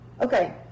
Okay